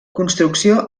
construcció